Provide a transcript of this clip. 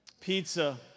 Pizza